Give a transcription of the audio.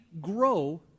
grow